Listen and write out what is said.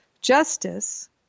Justice